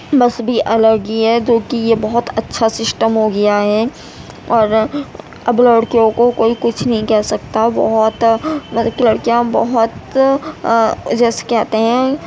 بس بھی الگ ہی ہے جوکہ یہ بہت اچھا سسٹم ہو گیا ہے اور اب لڑکیوں کو کوئی کچھ نہیں کہہ سکتا بہت طرح لڑکی لڑکیاں بہت جیسے کہتے ہیں